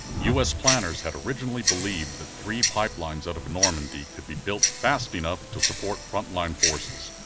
u s. planners had originally believed that three pipelines out of normandy could be built fast enough to support frontline forces,